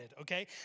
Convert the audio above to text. okay